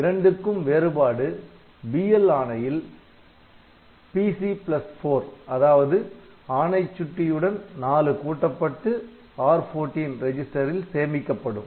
இரண்டுக்கும் வேறுபாடு BL ஆணையில் PC4 அதாவது ஆணை சுட்டியுடன் "4" கூட்டப்பட்டு R14 ரிஜிஸ்டரில் சேமிக்கப்படும்